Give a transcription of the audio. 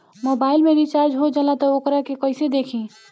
Mobile में recharge हो जाला त वोकरा के कइसे देखी?